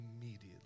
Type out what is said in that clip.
immediately